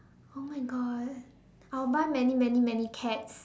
oh my god I'll buy many many many cats